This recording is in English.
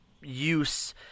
use